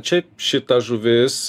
šiaip šita žuvis